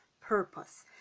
purpose